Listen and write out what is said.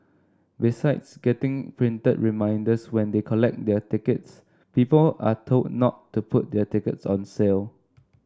besides getting printed reminders when they collect their tickets people are told not to put their tickets on sale